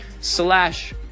Slash